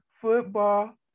football